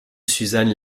susan